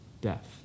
death